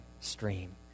stream